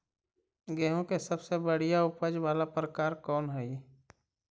गेंहूम के सबसे बढ़िया उपज वाला प्रकार कौन हई?